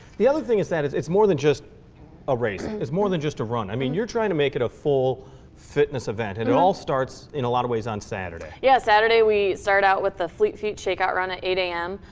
the other thing is that it's it's more than just a race. it's more than just a run. i mean, you're trying to make it a full fitness event. and it all starts in, a lot of ways, on saturday. yeah, saturday we start out with the fleet feet shakeout run, at eight am.